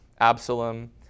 Absalom